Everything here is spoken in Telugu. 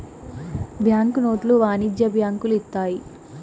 బ్యాంక్ నోట్లు వాణిజ్య బ్యాంకులు ఇత్తాయి